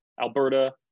Alberta